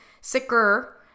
sicker